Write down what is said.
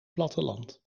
platteland